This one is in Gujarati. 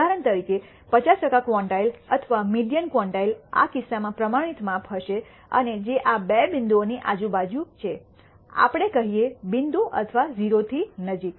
ઉદાહરણ તરીકે 50 ટકા ક્વોન્ટાઇલ અથવા મીડીઅન ક્વોન્ટાઇલ આ કિસ્સામાં પ્રમાણિત માપ હશે અને જે આ બે બિંદુઓની આજુબાજુ છે આપણે કહીએ બિંદુ અથવા 0 ની નજીક